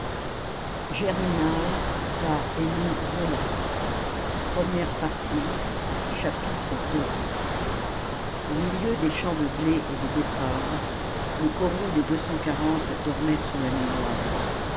chair humaine ii au milieu des champs de blé et de betteraves le coron des deux cent quarante dormait sous la nuit noire